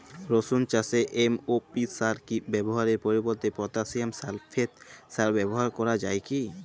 রসুন চাষে এম.ও.পি সার ব্যবহারের পরিবর্তে পটাসিয়াম সালফেট সার ব্যাবহার করা যায় কি?